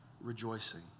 rejoicing